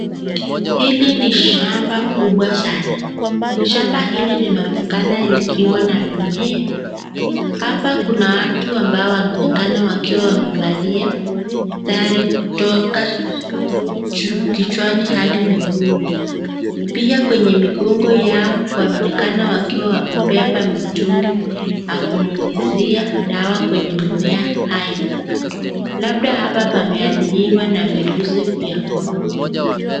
Hili ni shamba kubwa sana shamba hili linaonekana ikiwa na mimea hapa kuna watu ambao wanaonekana wakiwa wamevalia sare kutoka juu kichwani hadi miguuni pia kwenye migongo yao wanaonekana wakiwa wamebeba mitungi ya kunyunyizia dawa kwenye mimea haya, labda hapa pameathiriwa na virusi vya corona